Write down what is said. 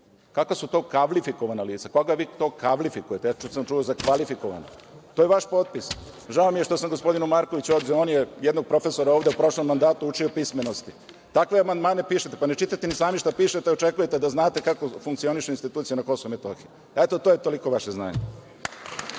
kakva su to „kavlifikovana lica“ koga vi to „kavlifikujete“, ja sam čuo za kvalifikovana, to je vaš potpis, žao mi je što što sam gospodinu Markoviću, jednog profesora ovde u prošlom mandatu učio pismenosti. Takve amandmane pišete. Ne čitate ni sami šta pišete, a očekujete da znate kako funkcionišu institucije na KiM. Eto to je toliko vaše znanje.(Dušan